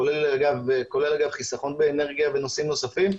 כולל אגב חיסכון באנרגיה ונושאים נוספים,